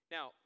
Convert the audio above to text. Now